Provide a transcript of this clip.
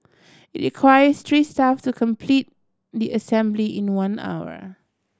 it requires three staff to complete the assembly in one hour